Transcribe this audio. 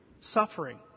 suffering